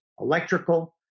electrical